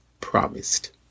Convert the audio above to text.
promised